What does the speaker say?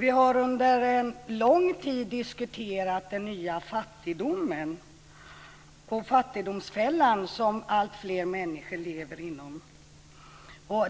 Vi har under en lång tid diskuterat den nya fattigdomen och fattigdomsfällan som alltfler människor lever i.